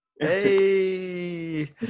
hey